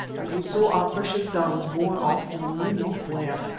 and we saw our precious guns borne off we knew not where.